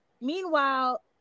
Meanwhile